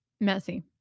Messy